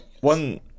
one